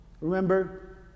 remember